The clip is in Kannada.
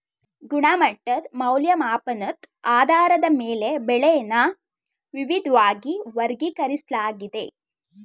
ಗುಣಮಟ್ಟದ್ ಮೌಲ್ಯಮಾಪನದ್ ಆಧಾರದ ಮೇಲೆ ಬೆಳೆನ ವಿವಿದ್ವಾಗಿ ವರ್ಗೀಕರಿಸ್ಲಾಗಿದೆ